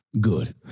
Good